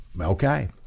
okay